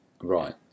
Right